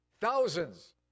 thousands